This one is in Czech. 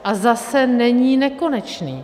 A zase není nekonečný.